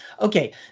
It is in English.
Okay